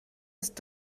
ist